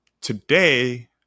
today